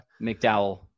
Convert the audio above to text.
McDowell